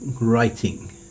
Writing